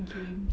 games